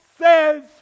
says